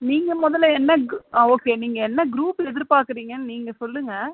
நீங்கள் முதல்ல என்ன கு ஆ ஓகே நீங்கள் என்ன குரூப்பு எதிர்பார்க்குறீங்கன்னு நீங்கள் சொல்லுங்கள்